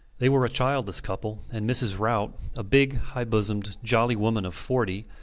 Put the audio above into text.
they were a childless couple, and mrs. rout, a big, high-bosomed, jolly woman of forty,